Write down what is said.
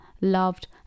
loved